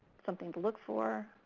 something to look for.